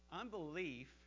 Unbelief